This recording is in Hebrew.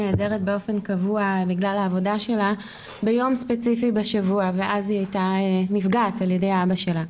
בגלל העבודה שלה ביום ספציפי בשבוע ואז היא הייתה נפגעת על ידי אבא שלה.